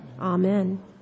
Amen